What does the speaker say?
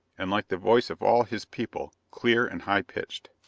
and like the voice of all his people, clear and high-pitched.